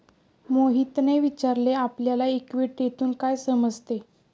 मोहितने विचारले आपल्याला इक्विटीतून काय समजते?